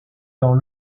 dans